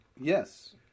Yes